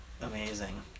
amazing